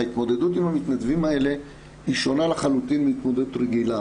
ההתמודדות עם המתנדבים האלה היא שונה לחלוטין מהמתמודדות רגילה,